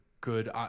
good